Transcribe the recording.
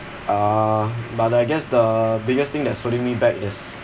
uh but I guess the biggest thing that's holding me back is